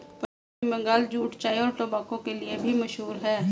पश्चिम Bengal jute चाय और tobacco के लिए भी मशहूर है